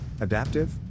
Adaptive